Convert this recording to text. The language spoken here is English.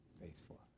faithful